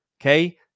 okay